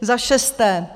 Za šesté.